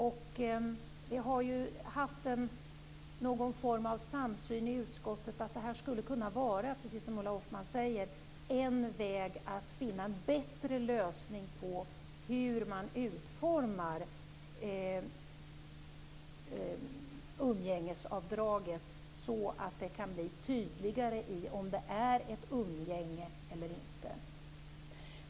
Vi har i utskottet haft någon form av samsyn om att det här skulle kunna vara, som Ulla Hoffmann säger, en väg för att finna en bättre lösning på hur man utformar umgängesavdraget, så att det kan bli tydligare om det är ett umgänge eller inte.